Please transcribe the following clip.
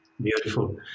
Beautiful